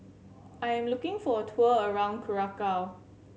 I am looking for a tour around Curacao